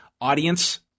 audience